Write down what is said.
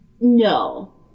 No